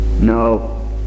no